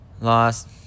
Lost